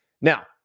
Now